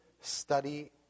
study